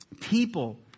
People